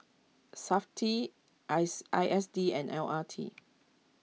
SAFTI eyes I S D and L R T